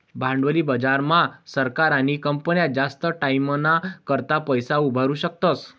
भांडवली बाजार मा सरकार आणि कंपन्या जास्त टाईमना करता पैसा उभारु शकतस